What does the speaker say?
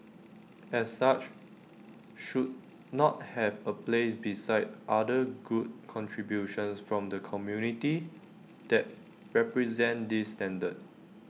as such should not have A place beside other good contributions from the community that represent this standard